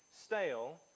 stale